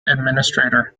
administrator